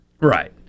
Right